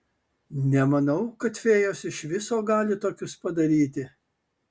nemanau kad fėjos iš viso gali tokius padaryti